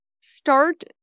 start